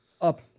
up